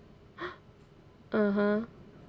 (uh huh)